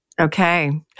Okay